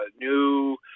new